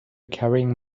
carrying